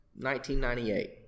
1998